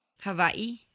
Hawaii